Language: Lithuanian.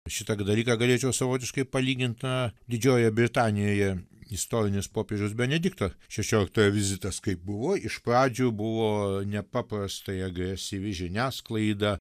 šitokį dalyką galėčiau savotiškai palygint na didžiojoje britanijoje istorinis popiežiaus benedikto šešioliktojo vizitas kaip buvo iš pradžių buvo nepaprastai agresyvi žiniasklaida